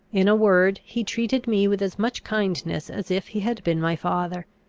in a word, he treated me with as much kindness as if he had been my father.